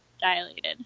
dilated